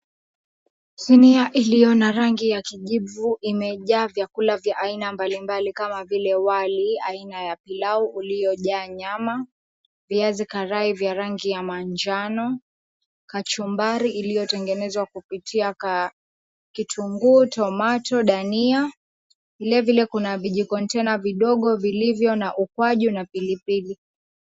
Sinia iliyo na rangi ya kijivu imejaa vyakula vya aina mbali mbali kama vile; wali aina ya pilau uliojaa nyama, viazi karai vya rangi ya manjano, kachumbari iliyotengenezwa kupitia kitunguu, tomato , dania. Vilevile kuna vijicontainer vidogo vilivyo na ukwaju na pilipili.